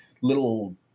little